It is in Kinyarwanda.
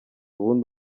ubundi